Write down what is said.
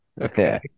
Okay